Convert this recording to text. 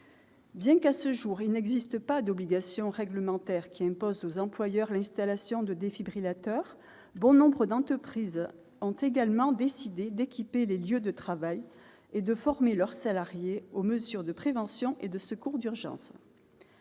Bien qu'il n'existe pas à ce jour d'obligation réglementaire imposant aux employeurs l'installation de défibrillateurs, bon nombre d'entreprises ont également décidé d'équiper les lieux de travail et de former leurs salariés aux mesures de prévention et de secours d'urgence.